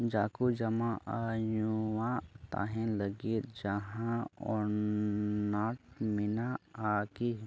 ᱡᱟᱦᱟᱸ ᱠᱚ ᱡᱚᱢᱟ ᱟᱨ ᱧᱩᱣᱟᱜ ᱛᱟᱦᱮᱱ ᱞᱟᱹᱜᱤᱫ ᱡᱟᱦᱟᱸ ᱚᱱᱟᱴ ᱢᱮᱱᱟᱜᱼᱟ ᱠᱤ